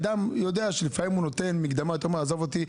אדם יודע שלפעמים הוא נותן מקדמה ואומר: "עזוב אותי,